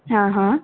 ಹಾಂ ಹಾಂ